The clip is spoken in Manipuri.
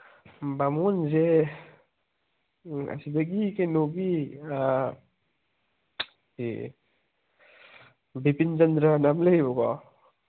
ꯕꯥꯃꯣꯟꯁꯦ ꯑꯁꯤꯗꯒꯤ ꯀꯩꯅꯣꯒꯤ ꯕꯤꯄꯤꯟꯆꯟꯗ꯭ꯔꯅ ꯑꯃ ꯂꯩꯌꯦꯕꯀꯣ